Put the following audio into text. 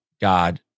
god